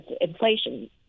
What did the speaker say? inflation